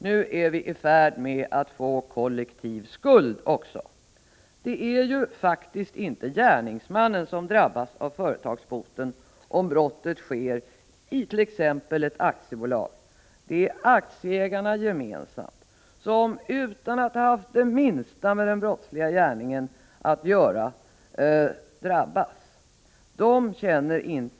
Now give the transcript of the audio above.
Nu är vi på väg att få kollektiv skuld också. Det är ju faktiskt inte gärningsmannen som drabbas av företagsboten, om brottet sker i t.ex. ett aktiebolag — det är aktieägarna gemensamt som utan att ha haft det minsta med den brottsliga gärningen att göra blir drabbade.